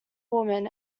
woman